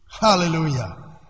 hallelujah